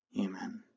amen